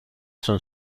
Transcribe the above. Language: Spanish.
son